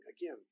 Again